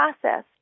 process